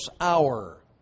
hour